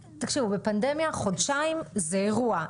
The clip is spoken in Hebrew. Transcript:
תקשיבו, בפנדמיה חודשיים זה אירוע.